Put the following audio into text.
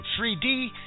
3D